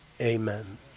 Amen